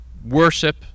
worship